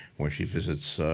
where she visits,